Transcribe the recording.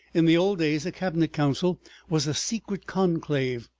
in the old days a cabinet council was a secret conclave,